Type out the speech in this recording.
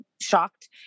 shocked